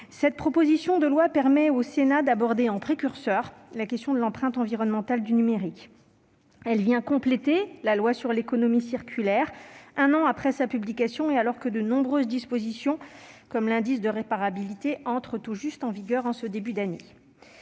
Cette proposition de loi permet au Sénat d'aborder, en précurseur, la question de l'empreinte environnementale du numérique. Elle vient compléter la loi sur l'économie circulaire, un an après sa publication et alors que nombre de ses dispositions, comme celle sur l'indice de réparabilité, entrent tout juste en vigueur en ce début d'année.